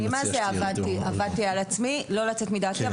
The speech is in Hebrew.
אני מה זה עבדתי על עצמי לא לצאת מדעתי,